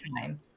time